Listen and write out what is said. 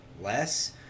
less